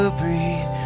breathe